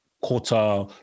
quarter